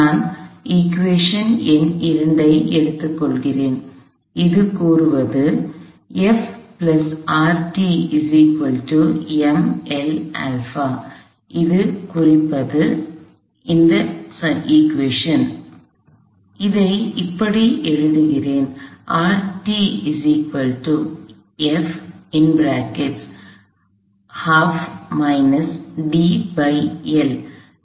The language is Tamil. நான் சமன்பாடு எண் 2 ஐ எடுத்துக்கொள்கிறேன் அது கூறுவது இது குறிப்பது எனவே இதை இப்படி எழுதுகிறேன்